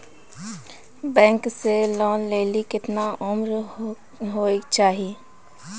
Bank से loan लेली केतना उम्र होय केचाही?